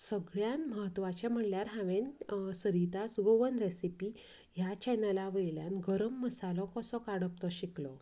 सगळ्यांत म्हत्वाचें म्हळ्यार हांवेन सरितास गोवन रॅसिपी ह्या चॅनला वयल्यान गरम मसालो कसो काडप तो शिकलो